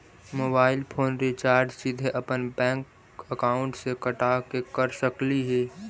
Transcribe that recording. Mobile phone recharge सीधे अपन bank account से कटा के कर सकली ही?